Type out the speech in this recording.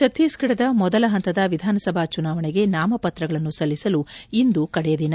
ಛತ್ತೀಸ್ಗಢದ ಮೊದಲ ಪಂತದ ವಿಧಾನಸಭಾ ಚುನಾವಣೆಗೆ ನಾಮಪತ್ರಗಳನ್ನು ಸಲ್ಲಿಸಲು ಇಂದು ಕಡೆ ದಿನ